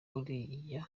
uriya